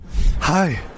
Hi